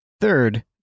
Third